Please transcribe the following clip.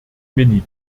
mini